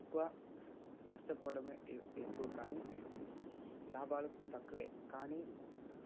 ఎక్కువ నష్టపోవడమే ఏ ఎక్కువ కానీ లాభాలు తక్కువే కానీ